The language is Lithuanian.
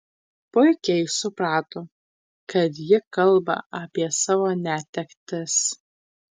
puikiai suprato kad ji kalba apie savo netektis